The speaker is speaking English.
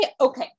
Okay